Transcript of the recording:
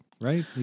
right